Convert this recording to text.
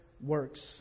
works